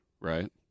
right